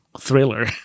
thriller